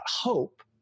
hope